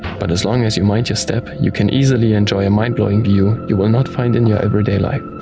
but as long as you mind your step, you can easily enjoy a mind-blowing view you will not find in your everyday life.